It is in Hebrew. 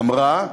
אמרה,